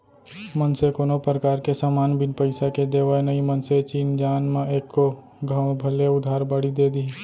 मनसे कोनो परकार के समान बिन पइसा के देवय नई मनसे चिन जान म एको घौं भले उधार बाड़ी दे दिही